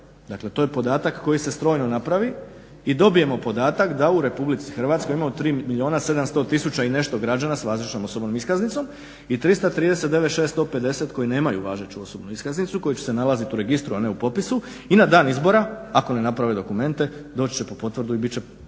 Dakle to je podatak koji se strojno napravi i dobijemo podatak da u Republici Hrvatskoj imamo 3 milijuna 700 i nešto tisuća građana s važećom osobnom iskaznicom i 339 650 koji nemaju važeću osobnu iskaznicu koji će se nalazit u registru, a ne u popisu i na dan izbora ako ne naprave dokumente doći će po potvrdu i bit će upisani